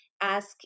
ask